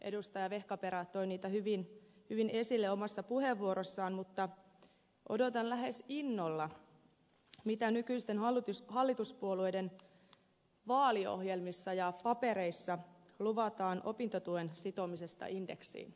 vehkaperä toi niitä hyvin esille omassa puheenvuorossaan mutta odotan lähes innolla mitä nykyisten hallituspuolueiden vaaliohjelmissa ja papereissa luvataan opintotuen sitomisesta indeksiin